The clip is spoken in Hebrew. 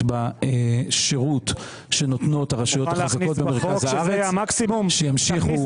בשירות שנותנות הרשויות המקומיות שימשיכו לצמוח.